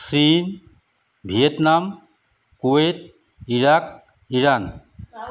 চীন Vietnam Kuwait Iraq Iran